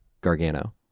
Gargano